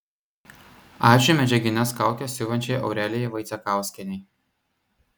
ačiū medžiagines kaukes siuvančiai aurelijai vaicekauskienei